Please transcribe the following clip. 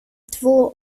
två